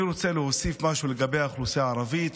אני רוצה להוסיף משהו לגבי האוכלוסייה הערבית,